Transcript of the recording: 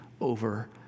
over